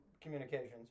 communications